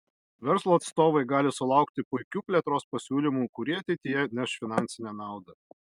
verslo atstovai gali sulaukti puikių plėtros pasiūlymų kurie ateityje neš finansinę naudą